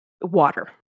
water